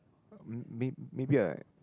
uh may maybe I like